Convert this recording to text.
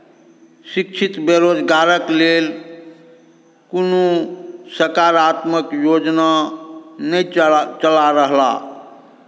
शिक्षित बेरोजगारक लेल कोनो सकारात्मक योजना नहि चला रहलाह